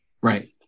right